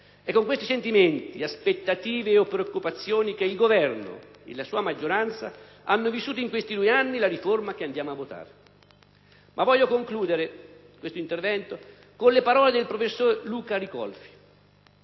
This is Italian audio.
È con questi sentimenti, aspettative e preoccupazioni che il Governo e la sua maggioranza hanno vissuto in questi due anni la riforma che andiamo a votare. Ma voglio concludere questo intervento con le parole del professor Luca Ricolfi: